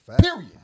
Period